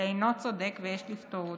שאינו צודק ויש לפתור אותו,